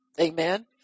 Amen